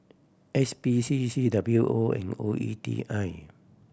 S P C C W O and O E T I